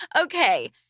Okay